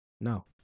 No